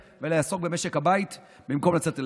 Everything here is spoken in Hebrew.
ולעסוק במשק הבית במקום לצאת לעבוד.